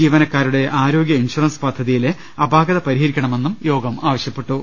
ജീവനക്കാരുടെ ആരോഗ്യ ഇൻഷുറൻസ് പദ്ധതിയിലെ അപാകത പരിഹരിക്കണമെന്നും യോഗം ആവശ്യപ്പെട്ടു